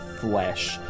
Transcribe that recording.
flesh